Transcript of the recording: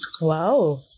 Wow